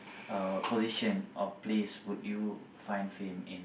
uh position or place would you find fame in